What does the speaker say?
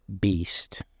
Beast